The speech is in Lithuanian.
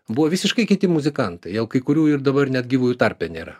buvo visiškai kiti muzikantai jau kai kurių ir dabar net gyvųjų tarpe nėra